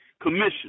commission